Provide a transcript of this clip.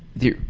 the